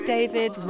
David